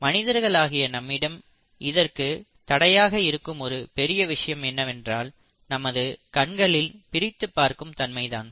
மனிதர்களாகிய நம்மிடம் இதற்கு தடையாக இருக்கும் ஒரு பெரிய விஷயம் என்னவென்றால் நமது கண்களின் பிரித்துப் பார்க்கும் தன்மை தான்